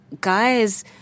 guys